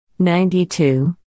92